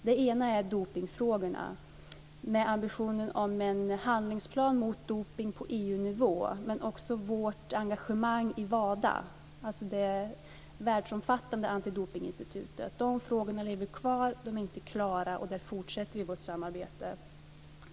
Det ena är dopningsfrågorna, med ambitionen att få fram en handlingsplan mot dopning på EU-nivå, men också vårt engagemang i De frågorna lever kvar. De är inte klara. Där fortsätter vi vårt samarbete.